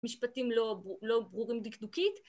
משפטים לא ב, לא ברורים דקדוקית